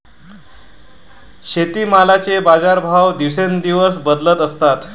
शेतीमालाचे बाजारभाव दिवसेंदिवस बदलत असतात